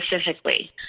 specifically